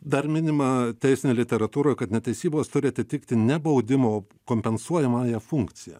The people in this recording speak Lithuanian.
dar minima teisinėj literatūroj kad netesybos turi atitikti ne baudimo kompensuojamąją funkciją